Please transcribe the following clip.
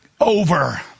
over